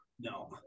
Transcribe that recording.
no